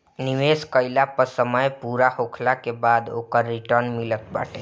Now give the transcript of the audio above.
निवेश कईला पअ समय पूरा होखला के बाद ओकर रिटर्न मिलत बाटे